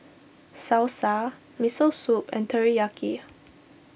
Salsa Miso Soup and Teriyaki